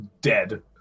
dead